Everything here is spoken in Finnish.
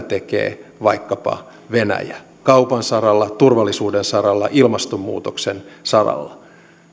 tekee vaikkapa venäjä kaupan saralla turvallisuuden saralla ilmastonmuutoksen saralla